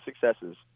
successes